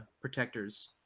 protectors